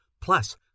plus